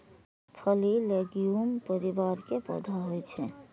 फली लैग्यूम परिवार के पौधा होइ छै